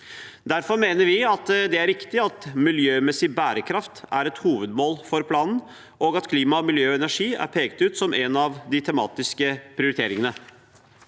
Derfor mener vi det er riktig at miljømessig bærekraft er et hovedmål for planen, og at klima, miljø og energi er pekt ut som en av de tematiske prioriteringene.